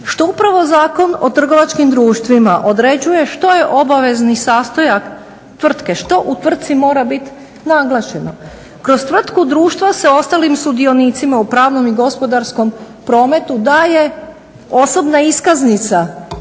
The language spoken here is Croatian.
što upravo Zakon o trgovačkim društvima određuje što je obavezni sastojak tvrtke, što u tvrtci mora bit naglašeno. Kroz tvrtku društva sa ostalim sudionicima u pravnom i gospodarskom prometu daje osobna iskaznica